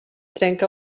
trenca